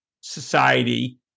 society